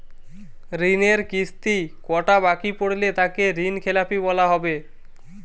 ঋণের কিস্তি কটা বাকি পড়লে তাকে ঋণখেলাপি বলা হবে?